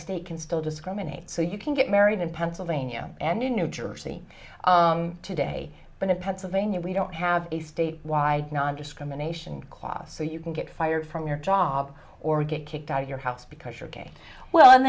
state can still discriminate so you can get married in pennsylvania and in new jersey today but in pennsylvania we don't have a state wide nondiscrimination class so you can get fired from your job or get kicked out of your house because you're gay well and